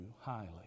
highly